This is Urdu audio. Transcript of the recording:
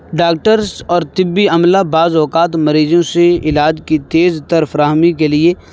ڈاکٹرز اور طبی عملہ بعض اوقات مریضوں سے علاج کی تیز تر فراہمی کے لیے